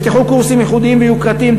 נפתחו קורסים ייחודיים ויוקרתיים,